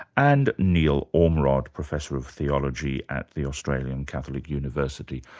and neil ormerod, professor of theology at the australian catholic university.